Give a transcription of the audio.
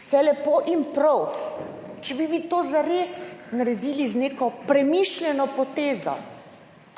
Vse lepo in prav, če bi vi to zares naredili z neko premišljeno potezo,